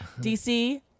DC